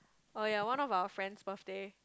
oh ya one of our friend's birthday